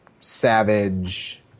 Savage